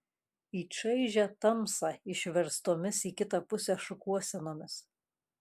į čaižią tamsą išverstomis į kitą pusę šukuosenomis